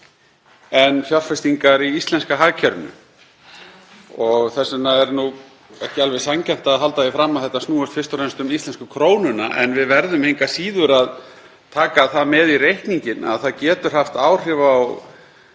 en fjárfestingar í íslenska hagkerfinu. Þess vegna er ekki alveg sanngjarnt að halda því fram að þetta snúist fyrst og fremst um íslensku krónuna. Við verðum engu að síður að taka það með í reikninginn að það getur haft áhrif á